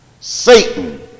Satan